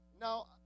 Now